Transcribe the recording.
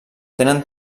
tenen